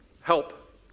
Help